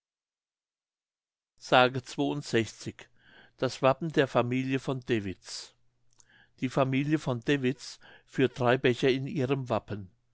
s das wappen der familie von dewitz die familie von dewitz führt drei becher in ihrem wappen